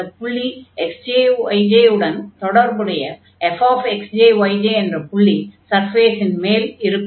இந்தப் புள்ளி xj yj உடன் தொடர்புடைய fxj yj என்ற புள்ளி சர்ஃபேஸின் மேல் இருக்கும்